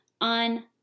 on